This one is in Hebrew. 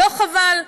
לא חבל?